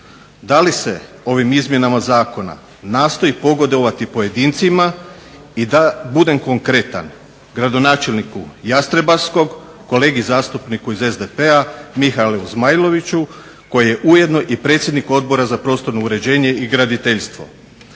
Da li se ovim izmjenama zakona nastoji pogodovati pojedincima i da budem konkretan, gradonačelniku Jastrebarskog, kolegi zastupniku iz SDP-a Mihaelu Zmajloviću koji je ujedno i predsjednik Odbora za prostorno uređenje i graditeljstvo.